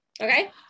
Okay